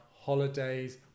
holidays